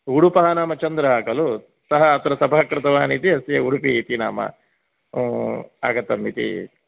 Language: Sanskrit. उडुपः नाम चन्द्रः खलु सः अत्र तपः कृतवान् इति अस्य उडुपि इति नाम आगतम् इति